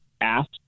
asked